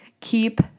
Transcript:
Keep